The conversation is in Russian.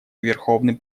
верховный